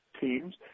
teams